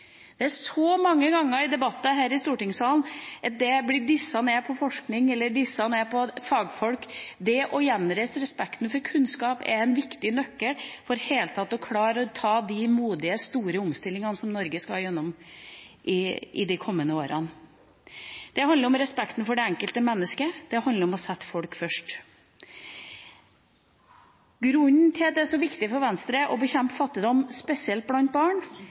Det er så mange ganger i debatter her i stortingssalen at det er blitt dysset ned når det gjelder forskning eller fagfolk. Det å gjenreise respekten for kunnskap er en viktig nøkkel for i det hele tatt å klare å ta de modige, store omstillingene som Norge skal igjennom i de kommende årene. Det handler om respekten for det enkelte mennesket; det handler om å sette folk først. Grunnen til at det er så viktig for Venstre å bekjempe fattigdom, spesielt blant barn,